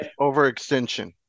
overextension